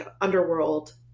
underworld